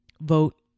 vote